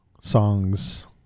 songs